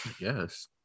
Yes